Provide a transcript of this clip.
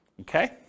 okay